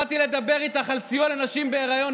באתי לדבר איתך על סיוע לנשים בהיריון,